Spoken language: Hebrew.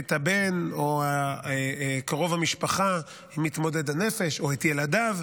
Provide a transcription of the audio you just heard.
את הבן או את קרוב המשפחה מתמודד הנפש או את ילדיו,